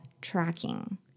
tracking